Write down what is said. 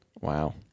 Wow